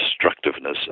destructiveness